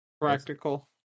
Practical